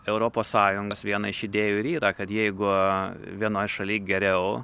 europos sąjungos viena iš idėjų ir yra kad jeigu vienoj šaly geriau